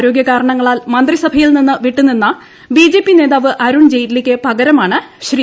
ആരോഗ്യകാരണങ്ങളാൽ മന്ത്രിസഭയിൽ നിന്ന് വിട്ടുനിന്ന ബിജെപി നേതാവ് അരുൺ ജെയ്റ്റ്ലിക്ക് പകരമാണ് ശ്രീ